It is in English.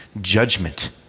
judgment